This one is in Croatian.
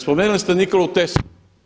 Spomenuli ste Nikolu Teslu.